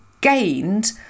gained